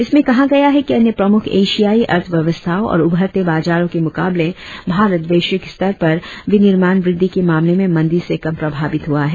इसमें कहा गया है कि अन्य प्रमुख एशियाई अर्थव्यवस्थाओं और उभरते बाजारों के मुकाबले भारत वैश्विक स्तर पर विनिर्माण वृद्धि के मामले में मंदी से कम प्रभावित हुआ है